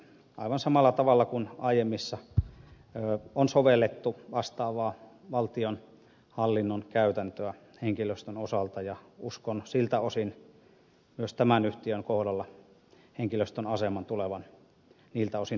aivan samalla tavalla kuin aiemmissa on sovellettu vastaavaa valtionhallinnon käytäntöä henkilöstön osalta uskon myös tämän yhtiön kohdalla henkilöstön aseman tulevan niiltä osin turvatuksi